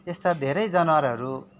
यस्ता धेरै जनावरहरू